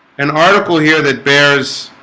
an article here that bears